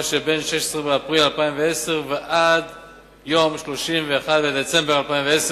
שבין 16 באפריל 2010 ל-31 בדצמבר 2010,